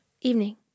Evening